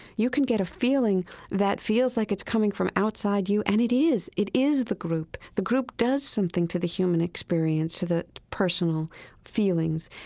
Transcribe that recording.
you can get a feeling that feels like it's coming from outside you, and it is. it is the group. the group does something to the human experience, to the personal feelings.